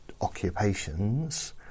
occupations